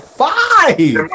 five